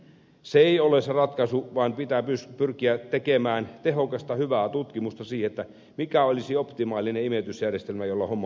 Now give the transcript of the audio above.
se ei ole se ratkaisu vaan pitää pyrkiä tekemään tehokasta hyvää tutkimusta siitä mikä olisi optimaalinen imeytysjärjestelmä jolla homma hoidetaan